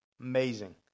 amazing